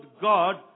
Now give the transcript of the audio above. God